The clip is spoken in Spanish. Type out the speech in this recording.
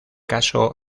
caso